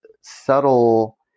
subtle